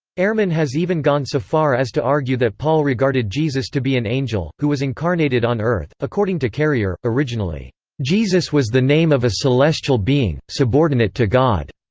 ehrman has even gone so far as to argue that paul regarded jesus to be an angel, who was incarnated on earth according to carrier, originally jesus was the name of a celestial being, subordinate to god.